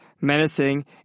menacing